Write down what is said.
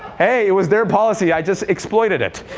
hey, it was their policy. i just exploited it.